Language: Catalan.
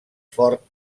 fort